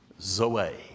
Zoe